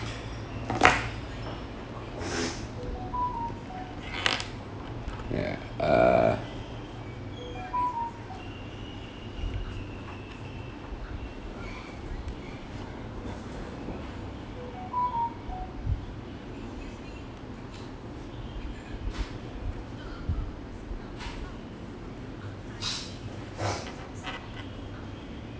ya uh